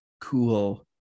Cool